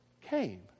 came